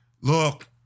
look